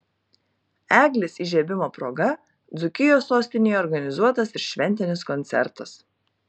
eglės įžiebimo proga dzūkijos sostinėje organizuotas ir šventinis koncertas